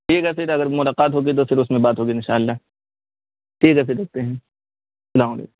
ٹھیک ہے پھر اگر ملاقات ہوگی تو پھر اس میں بات ہوگی ان شاء اللہ ٹھیک ہے پھر رکھتے ہیں اسلام علیکم